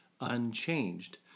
unchanged